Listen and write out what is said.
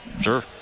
Sure